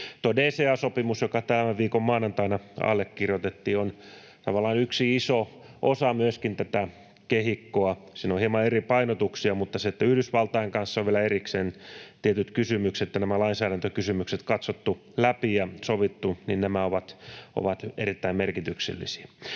Tuo DCA-sopimus, joka tämän viikon maanantaina allekirjoitettiin, on tavallaan myöskin yksi iso osa tätä kehikkoa. Siinä on hieman eri painotuksia, mutta se, että Yhdysvaltain kanssa on vielä erikseen tietyt kysymykset ja nämä lainsäädäntökysymykset katsottu läpi ja sovittu, on erittäin merkityksellistä.